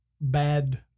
bad